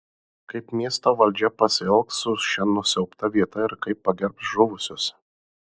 kaip miesto valdžia pasielgs su šia nusiaubta vieta ir kaip pagerbs žuvusius